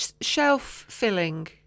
shelf-filling